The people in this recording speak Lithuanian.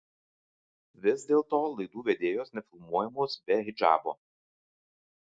vis dėlto laidų vedėjos nefilmuojamos be hidžabo